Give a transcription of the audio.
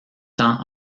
tant